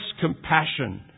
compassion